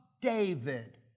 David